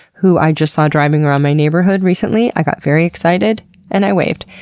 who i just saw driving around my neighborhood recently. i got very excited and i waved.